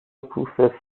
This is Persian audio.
پوست